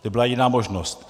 Nebyla jiná možnost.